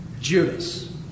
judas